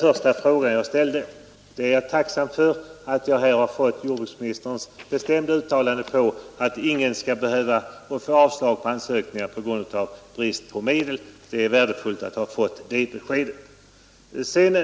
första fråga jag ställde. Jag är tacksam för det bestämda uttalandet av jordbruksministern att ingen skall behöva få avslag på sin ansökning av brist på medel. Det är värdefullt att ha fått det beskedet.